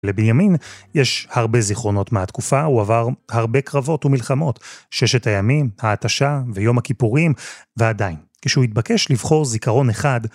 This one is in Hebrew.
לבינימין יש הרבה זיכרונות מהתקופה, הוא עבר הרבה קרבות ומלחמות, ששת הימים, ההתשה ויום הכיפורים. ועדיין, כשהוא התבקש לבחור זיכרון אחד,